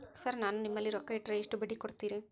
Sir ನಾನು ನಿಮ್ಮಲ್ಲಿ ರೊಕ್ಕ ಇಟ್ಟರ ಎಷ್ಟು ಬಡ್ಡಿ ಕೊಡುತೇರಾ?